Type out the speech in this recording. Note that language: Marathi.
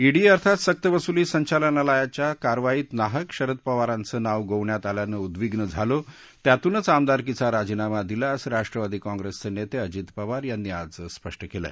ईडी अर्थात सक्तवसुली संचालनालयाच्या कारवाईत नाहक शरद पवारांचं नाव गोवण्यात आल्यानं उद्वीग्न झालो त्यातूनच आमदारकीचा राजीनामा दिला असं राष्ट्रवादी काँग्रस्त्रितिक्विजित पवार यांनी आज स्पष्ट कलि